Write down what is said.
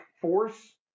Force